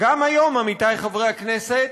גם היום, עמיתיי חברי הכנסת,